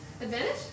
Advantage